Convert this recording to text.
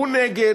הוא נגד,